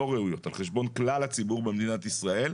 ראויות על חשבון כלל הציבור במדינת ישראל,